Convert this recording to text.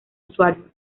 usuario